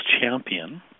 champion